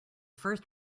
first